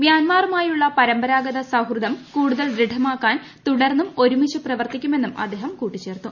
മ്യാൻമാറുമായുള്ള പരമ്പരാഗത സൌഹൃദം കൂടുതൽ ദൃഢമാക്കാൻ തുടർന്നും ഒരുമിച്ച് പ്രവർത്തിക്കുമെന്ന് അദ്ദേഹം കൂട്ടിച്ചേർത്തു